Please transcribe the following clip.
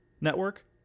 network